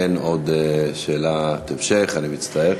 אין עוד שאלת המשך, אני מצטער.